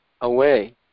away